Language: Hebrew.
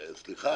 סליחה,